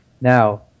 Now